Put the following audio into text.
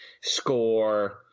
score